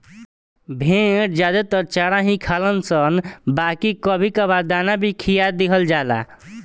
भेड़ ज्यादे त चारा ही खालनशन बाकी कभी कभार दाना भी खिया दिहल जाला